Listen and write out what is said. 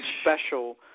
special